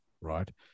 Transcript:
right